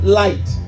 light